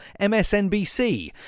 MSNBC